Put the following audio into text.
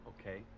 Okay